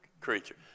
creature